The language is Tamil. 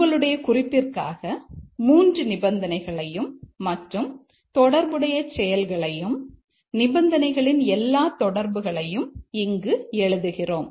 உங்களுடைய குறிப்பிற்காக 3 நிபந்தனைகளையும் மற்றும் தொடர்புடைய செயல்களையும் நிபந்தனைகளின் எல்லா தொடர்புகளையும் இங்கு எழுதுகிறோம்